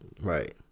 Right